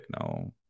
no